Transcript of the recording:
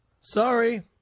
Sorry